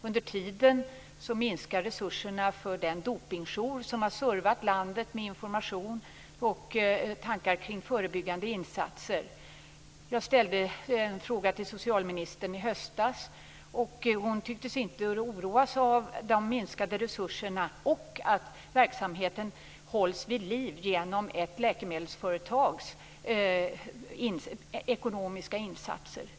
Under tiden minskar resurserna för den dopningsjour som har servat landet med information och tankar kring förebyggande insatser. Jag ställde en fråga till socialministern i höstas, och hon tycktes inte oroas av de minskade resurserna och att verksamheten hålls vid liv genom ekonomiska insatser från ett läkemedelsföretag.